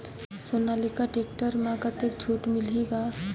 Sonalika tractor म कतका छूट मिलही ग?